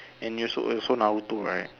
and you also also Naruto right